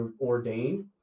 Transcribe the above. ordained